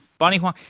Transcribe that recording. bunnie huang.